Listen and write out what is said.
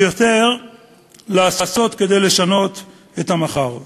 ויותר לעשות כדי לשנות את המחר.